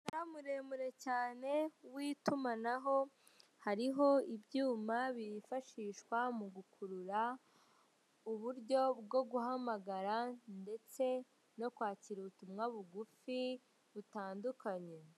Umunara muremure cyane w'itumanaho, hariho ibyuma bifashishwa m'ugukurura uburyo bwo guhamagara ndetse no kwakira ubutumwa bugufi butandukanye.